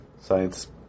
science